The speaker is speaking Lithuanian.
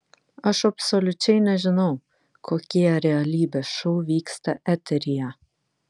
aš absoliučiai nežinau kokie realybės šou vyksta eteryje